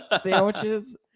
sandwiches